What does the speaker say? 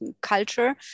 culture